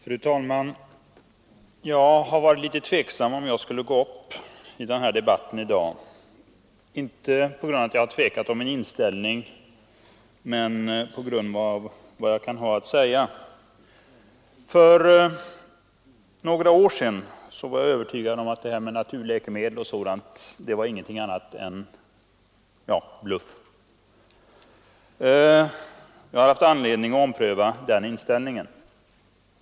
Fru talman! Jag har varit litet tveksam om huruvida jag skulle gå upp i den här debatten i dag — inte på grund av att jag tvekat om min inställning utan på grund av värdet i vad jag kan ha att säga. För några år sedan var jag övertygad om att naturläkemedel o. d. inte var någonting annat än bluff. Jag har haft anledning att ompröva den inställningen.